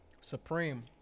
Supreme